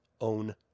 own